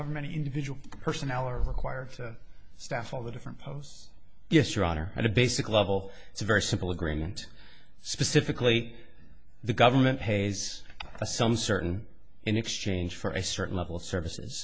how many individual personnel are required to staff all the different pose yes your honor at a basic level it's a very simple agreement specifically the government pays some certain in exchange for a certain level of services